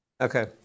Okay